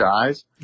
eyes